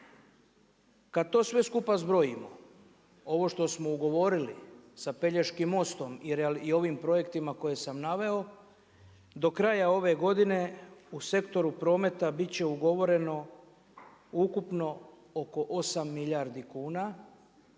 Kad to sve skupa zbrojimo, ovo što smo ugovorili sa Pelješkim mostom i ovim projektima koje sam naveo, do kraja ove godine u sektoru prometa bit će ugovoreno ukupno oko 8 milijardi kuna